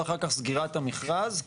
ואחר כך סגירת המכרז,